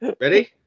Ready